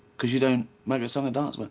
cause you don't make a song and dance. but